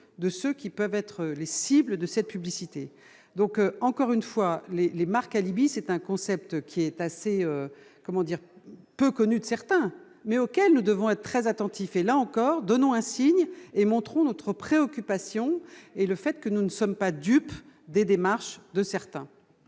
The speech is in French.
de ceux qui peuvent être les cibles de cette publicité, donc encore une fois, les marques alibi, c'est un concept qui est assez, comment dire, peu connu de certains, mais auquel nous devons être très attentif et là encore, donnant un signe et montrons notre préoccupation et le fait que nous ne sommes pas dupes des démarches de certains.